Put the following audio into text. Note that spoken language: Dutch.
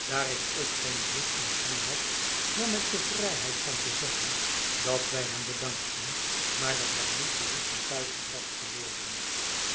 daar ik ook geen zin in hem had nam ik de vrijheid van te zeggen dat wij hem bedankten maar dat wij niet behoefden thuis gebracht te worden